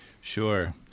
Sure